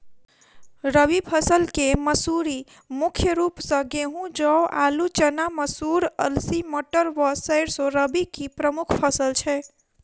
रबी फसल केँ मसूरी मुख्य रूप सँ गेंहूँ, जौ, आलु,, चना, मसूर, अलसी, मटर व सैरसो रबी की प्रमुख फसल छै